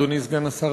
אדוני סגן השר,